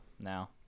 now